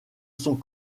sont